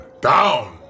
Down